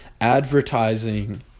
advertising